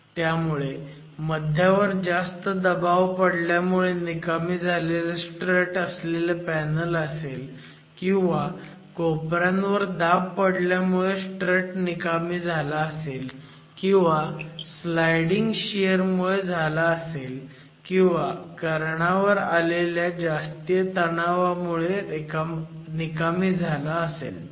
त्यामुळे मध्यावर जास्त दबाव पडल्यामुळे निकामी झालेला स्ट्रट असलेलं पॅनल असेल किंवा कोपऱ्यांवर दबाव पडल्यामुळे स्ट्रट निकामी झाला असेल किंवा स्लायडिंग शियर मुळे झाला असेल किंवा कर्णावर आलेय जास्तीच्या तणावामुळे निकामी झाला असेल